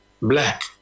black